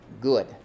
good